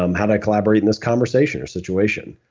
um how did i collaborate in this conversation or situation?